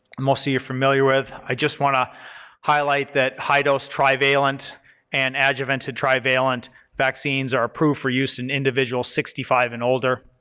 most of you are familiar with. i just want to highlight that high dose trivalent and adjuvanted trivalent vaccines are approved for use in individuals sixty five and older.